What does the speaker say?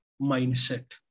mindset